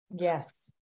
Yes